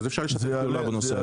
אז אפשר לשתף פעולה בנושא הזה.